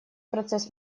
процесс